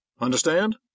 Understand